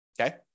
Okay